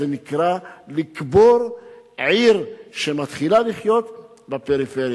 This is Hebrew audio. זה נקרא לקבור עיר שמתחילה לחיות בפריפריה.